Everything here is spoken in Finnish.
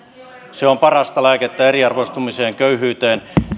on parasta lääkettä eriarvoistumiseen köyhyyteen